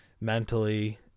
mentally